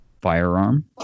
firearm